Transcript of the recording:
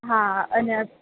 હા અને